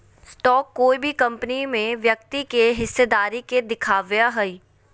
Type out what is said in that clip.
stock कोय भी company में व्यक्ति के हिस्सेदारी के दिखावय हइ